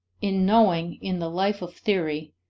in knowing, in the life of theory,